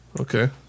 Okay